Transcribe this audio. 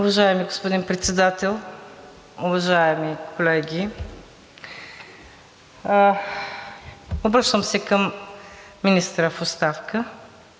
Уважаеми господин Председател, уважаеми колеги! Обръщам се към министъра в оставка,